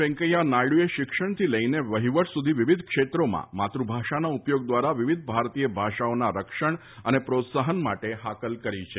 વેંકૈયા નાયડુએ શિક્ષણથી લઈને વહીવટ સુધી વિવિધ ક્ષેત્રોમાં માતૃભાષાના ઉપયોગ દ્વારા વિવિધ ભારતીય ભાષાઓના રક્ષણ અને પ્રોત્સાફન માટે હાકલ કરી છે